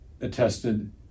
attested